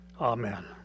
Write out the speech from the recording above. Amen